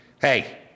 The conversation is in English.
hey